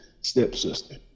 stepsister